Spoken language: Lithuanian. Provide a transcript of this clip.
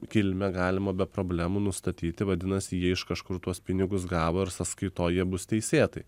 kilmę galima be problemų nustatyti vadinasi jie iš kažkur tuos pinigus gavo ir sąskaitoj jie bus teisėtai